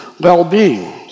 well-being